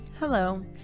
Hello